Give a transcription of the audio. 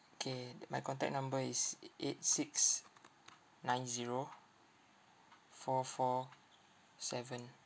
K my contact number is e~ eight six nine zero four four seven